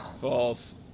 False